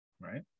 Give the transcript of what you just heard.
Right